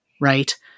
right